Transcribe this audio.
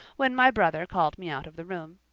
when my brother called me out of the room.